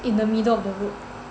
in the middle of the road